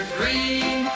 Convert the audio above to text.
Green